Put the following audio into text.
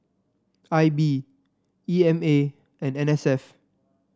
I B E M A and N S F